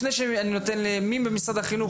לפני שאני נותן למשרד החינוך,